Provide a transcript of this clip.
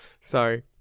Sorry